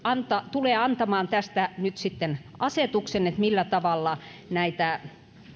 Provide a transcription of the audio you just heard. tulee antamaan tästä nyt sitten asetuksen millä tavalla näitä